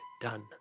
done